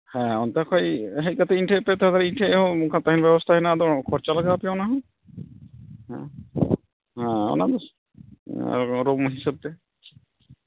ᱦᱮᱸ ᱚᱱᱛᱮ ᱠᱷᱚᱱ ᱦᱮᱡ ᱠᱟᱛᱮᱫ ᱤᱧ ᱴᱷᱮᱱ ᱯᱮ ᱛᱟᱦᱮᱸᱱᱟ ᱤᱧ ᱴᱷᱮᱱ ᱦᱚᱸ ᱚᱱᱠᱟ ᱛᱟᱦᱮᱸ ᱵᱮᱵᱚᱥᱛᱷᱟ ᱦᱮᱱᱟᱜᱼᱟ ᱟᱫᱚ ᱠᱷᱚᱨᱪᱟ ᱞᱟᱜᱟᱣ ᱯᱮᱭᱟ ᱚᱱᱟ ᱦᱚᱸ ᱦᱮᱸ ᱚᱱᱟᱫᱚ ᱨᱩᱢ ᱦᱤᱥᱟᱹᱵ ᱛᱮ